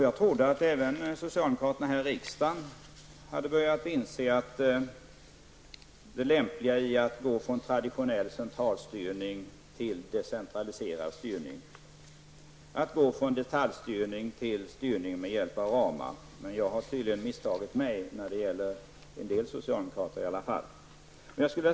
Jag trodde att även socialdemokraterna här i riksdagen hade börjat inse det lämpliga i att gå från traditionell centralstyrning till decentraliserad styrning, från detaljstyrning till styrning med hjälp av ramar. Jag har tydligen misstagit mig, när det gäller en del socialdemokrater i alla fall.